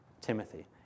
Timothy